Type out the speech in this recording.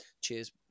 Cheers